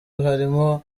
harimo